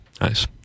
Nice